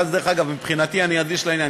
אבל, דרך אגב, מבחינתי אני אקדיש לעניין.